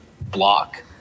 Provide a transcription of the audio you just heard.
Block